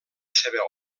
seva